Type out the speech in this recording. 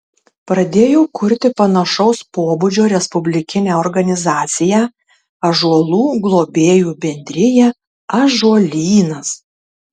pradėjau kurti panašaus pobūdžio respublikinę organizaciją ąžuolų globėjų bendriją ąžuolynas